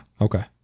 okay